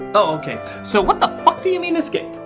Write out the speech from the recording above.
okay. so what the fuck do you mean escape?